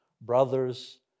brothers